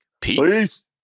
Peace